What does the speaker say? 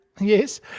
Yes